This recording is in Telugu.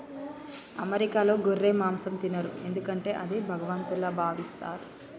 అమెరికాలో గొర్రె మాంసం తినరు ఎందుకంటే అది భగవంతుల్లా భావిస్తారు